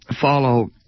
follow